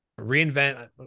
reinvent